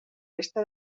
resta